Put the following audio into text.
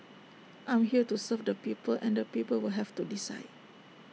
I'm here to serve the people and the people will have to decide